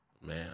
Man